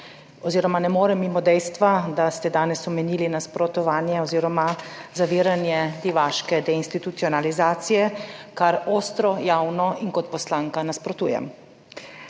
srečali, ne morem mimo dejstva, da ste danes omenili nasprotovanje oziroma zaviranje divaške deinstitucionalizacije, čemur ostro javno in kot poslanka nasprotujem.